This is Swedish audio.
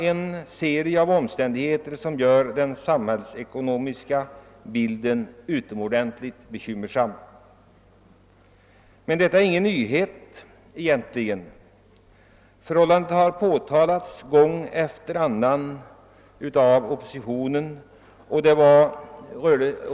En serie omständigheter gör sålunda den samhällsekonomiska bilden utomordentligt bekymmersam. Men detta är egentligen ingen tillfällighet. Förhållandet har påpekats gång efter gång av oppositionen.